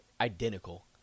Identical